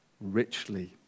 richly